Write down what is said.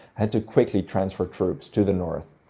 had to quickly transfer troops to the north,